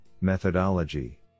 methodology